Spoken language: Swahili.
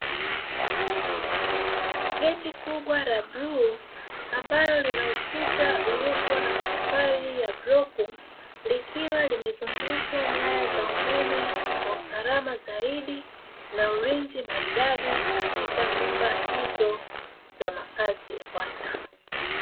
Geti kubwa la bluu ambalo linamatofali ya bloku, likiwa limezungushwa nyaya za umeme kwa usalama zaidi na ulinzi maridadi katika nyumba hizo za makazi ya watu.